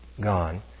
gone